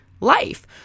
life